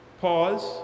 pause